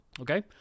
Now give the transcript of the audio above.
okay